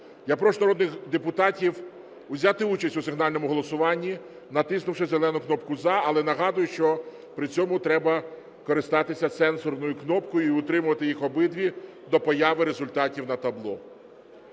Я прошу народних депутатів взяти участь у сигнальному голосуванні, натиснувши зелену кнопку "За". Але нагадую, що при цьому треба користатися сенсорною кнопкою і утримувати їх обидві, до появи результатів на табло.